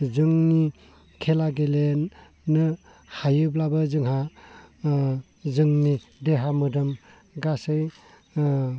जोंनि खेला गेलेनो हायोब्लाबो जोंहा जोंनि देहा मोदोम गासै